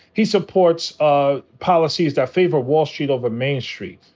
he supports ah policies that favor wall street over main street.